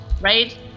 right